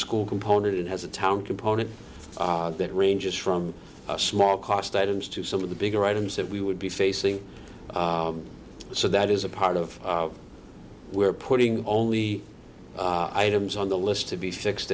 school component and has a town component that ranges from a small cost items to some of the bigger items that we would be facing so that is a part of we're putting only items on the list to be fixed